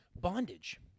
Bondage